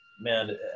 man